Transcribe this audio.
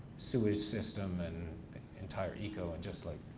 sewage system and entire eco and just like,